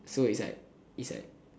so it's like it's like